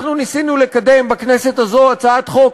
אנחנו ניסינו לקדם בכנסת הזאת הצעת חוק